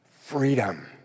Freedom